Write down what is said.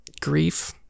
grief